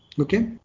okay